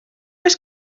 oes